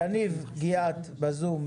יניב גיאת בזום,